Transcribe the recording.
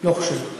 לא חושב.